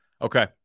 Okay